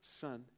son